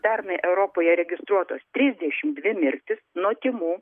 pernai europoje registruotos trisdešimt dvi mirtys nuo tymų